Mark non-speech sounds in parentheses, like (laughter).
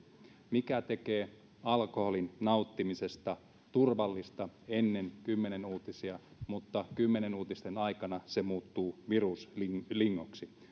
mikä tekee alkoholin nauttimisesta turvallista ennen kymmenen uutisia mutta kymmenen uutisten aikana se muuttuu viruslingoksi (unintelligible)